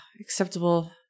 acceptable